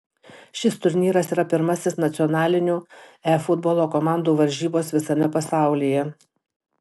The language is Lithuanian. šis turnyras yra pirmasis nacionalinių e futbolo komandų varžybos visame pasaulyje